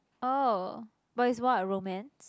oh but is what romance